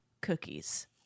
cookies